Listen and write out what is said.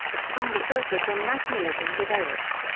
a stronger focus on nationalism developed.